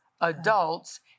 adults